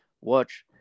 watch